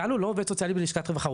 גל הוא לא עובד סוציאלי בלשכת רווחה,